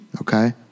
Okay